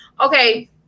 Okay